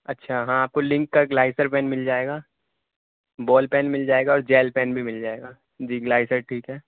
اچھا ہاں آپ کو لنک پیک گلائیٹر کا مل جائے گا بال پین مل جائے گا اور جیل پین بھی مل جائے گا جی گلائیٹر ٹھیک ہے